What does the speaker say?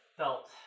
felt